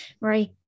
Right